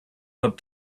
had